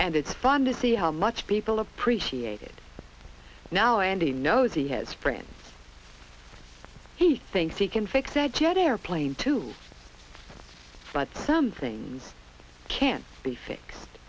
and it's fun to see how much people appreciated now and he knows he has friends he thinks he can fix said jet airplane to flood some things can be fixed